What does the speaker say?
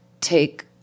take